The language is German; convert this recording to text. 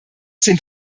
sind